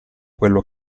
quello